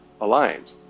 aligned